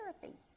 therapy